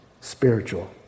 spiritual